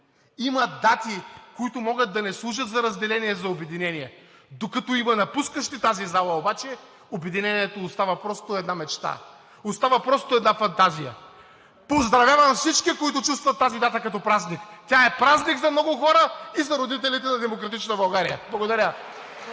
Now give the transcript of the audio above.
„Има дати, които могат да не служат за разделение, а за обединение.“ Докато има напускащи тази зала обаче, обединението остава просто една мечта, остава просто една фантазия. Поздравявам всички, които чувстват тази дата като празник. Тя е празник за много хора и за родителите на „Демократична България“! Благодаря.